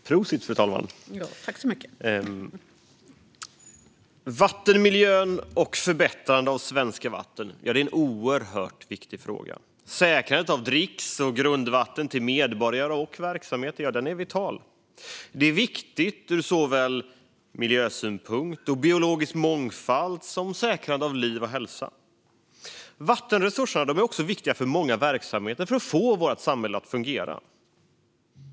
Fru talman! Vattenmiljön och förbättrande av de svenska vattnen är en oerhört viktig fråga. Säkrandet av dricks och grundvatten till medborgare och verksamheter är vitalt. Det är viktigt såväl ur miljösynpunkt som för biologisk mångfald och säkrande av liv och hälsa. Vattenresurserna är också viktiga för många verksamheter och för att få vårt samhälle att fungera.